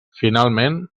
finalment